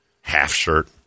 half-shirt